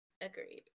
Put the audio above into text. Agreed